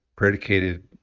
Predicated